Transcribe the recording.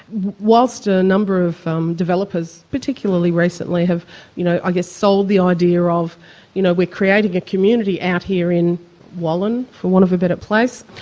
whilst a a number of um developers, particularly recently, have you know i guess sold the idea of you know we're creating a community out here in wallen, for want of a better place,